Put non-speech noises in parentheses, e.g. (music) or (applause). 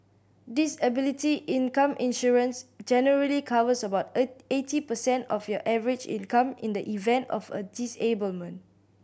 disability income insurance generally covers about (unintelligible) eighty percent of your average income in the event of a disablement